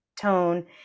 tone